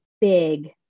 big